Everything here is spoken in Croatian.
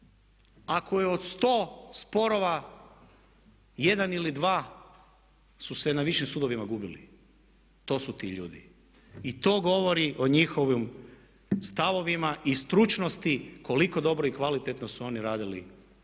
ako je od 100 sporova 1 ili 2 su se na višim sudovima gubili. To su ti ljudi. I to govori o njihovim stavovima i stručnosti koliko dobro i kvalitetno su oni radili i